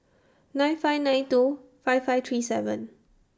nine five nine two five five three seven